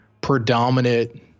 predominant